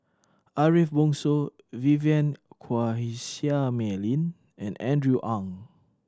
Ariff Bongso Vivien Quahe Seah Mei Lin and Andrew Ang